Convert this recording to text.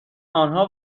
آنها